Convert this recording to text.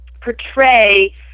portray